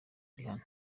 rihanna